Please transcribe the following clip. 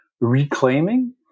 reclaiming